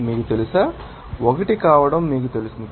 మీకు తెలుసా 1 కావడం మీకు తెలుస్తుంది